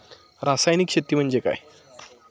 रासायनिक शेती म्हणजे काय?